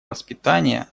воспитание